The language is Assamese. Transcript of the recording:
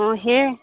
অঁ সেয়াই